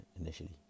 initially